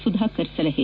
ಸುಧಾಕರ್ ಸಲಹೆ